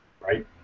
right